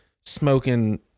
smoking